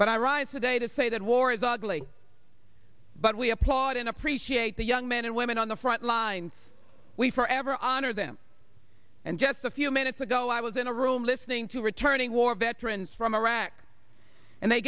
but i rise today to say that war is ugly but we applaud and appreciate the young men and women on the front lines we forever honor them and just a few minutes ago i was in a room listening to returning war veterans from a rak and they